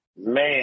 Man